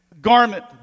garment